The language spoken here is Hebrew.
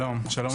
שלום לכולם.